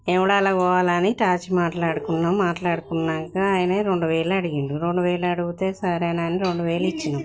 వేములవాడకి పోవాలని కలిసి మాట్లాడుకున్నాం మాట్లాడుకున్నాక ఆయన రెండువేలు అడిగిండు రెండువేలు అడిగితే సరే అని రెండు వేలు ఇచ్చినాం